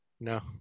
No